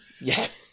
Yes